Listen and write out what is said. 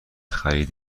خرید